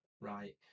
right